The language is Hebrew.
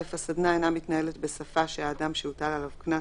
הסדנה אינה מתנהלת בשפה שהאדם שהוטל עליו קנס